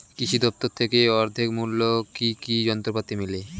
কৃষি দফতর থেকে অর্ধেক মূল্য কি কি যন্ত্রপাতি মেলে?